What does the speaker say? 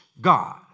God